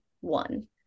one